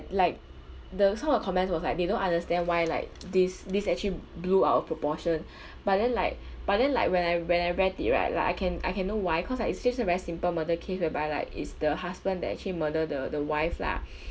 like the some of comments was like they don't understand why like this this actually blew out of proportion but then like but then like when I when I read it right like I can I can know why cause like it's just a very simple murder case whereby like is the husband that actually murder the the wife lah